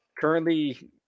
Currently